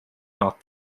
not